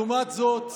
לעומת זאת,